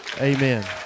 Amen